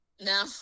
No